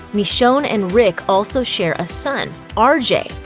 michonne and rick also share a son, r j,